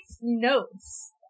notes